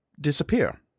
disappear